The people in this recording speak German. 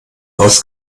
aus